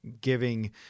giving